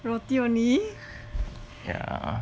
roti only